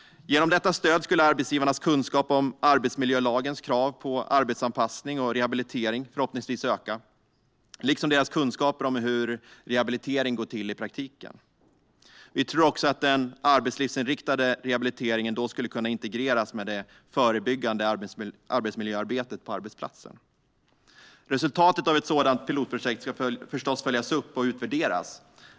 Genom detta stöd skulle arbetsgivarnas kunskap om arbetsmiljölagens krav på arbetsanpassning och rehabilitering förhoppningsvis öka, liksom deras kunskaper om hur rehabilitering går till i praktiken. Vi tror också att den arbetslivsinriktade rehabiliteringen då skulle kunna integreras med det förebyggande arbetsmiljöarbetet på arbetsplatsen. Resultatet av ett sådant pilotprojekt ska förstås följas upp och utvärderas.